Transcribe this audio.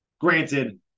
Granted